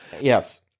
Yes